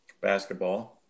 Basketball